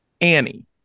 Annie